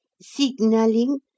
signalling